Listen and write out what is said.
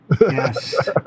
Yes